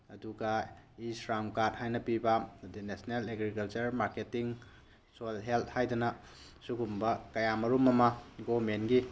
ꯑꯗꯨꯒ ꯏꯁ꯭ꯔꯥꯝ ꯀꯥꯠ ꯍꯥꯏꯅ ꯄꯤꯕ ꯑꯗꯨꯗꯩ national agriculture marketing soil health ꯍꯥꯏꯗꯅ ꯁꯤꯒꯨꯝꯕ ꯀꯌꯥꯃꯔꯨꯝ ꯑꯃ ꯒꯣꯃꯦꯟꯒꯤ